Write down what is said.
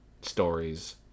stories